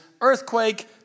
Earthquake